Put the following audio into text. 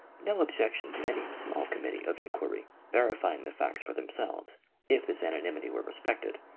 no ob jection to any small committee of inquiry verifying the facts for themselves if this anonymity were respected.